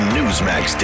Newsmax